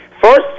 First